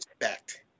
expect